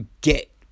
get